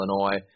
Illinois